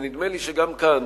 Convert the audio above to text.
ונדמה לי שגם כאן,